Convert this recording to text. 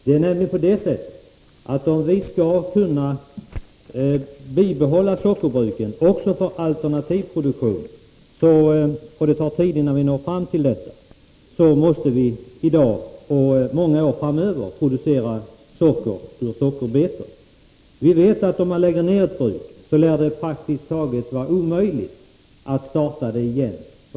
Det är emellertid så, att om vi skall kunna bibehålla sockerbruken också för alternativ produktion — och det tar tid innan vi når fram till detta — måste vi i dag och många år framöver producera socker ur sockerbetor. Vi vet att om man lägger ner ett bruk är det praktiskt taget omöjligt att starta det igen.